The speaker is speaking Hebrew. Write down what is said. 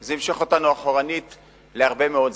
זה ימשוך אותנו אחורנית להרבה מאוד זמן.